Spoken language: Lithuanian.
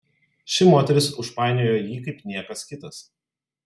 ši moteris užpainiojo jį kaip niekas kitas